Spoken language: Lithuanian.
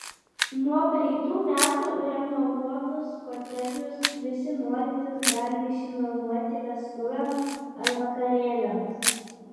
nuo praeitų metų renovuotus kotedžus visi norintys gali išsinuomoti vestuvėms ar vakarėliams